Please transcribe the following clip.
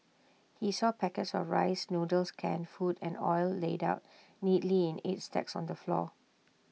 he saw packets of rice noodles canned food and oil laid out neatly in eight stacks on the floor